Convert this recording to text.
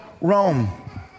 Rome